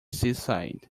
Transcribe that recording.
seaside